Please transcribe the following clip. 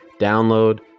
download